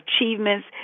achievements